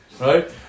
Right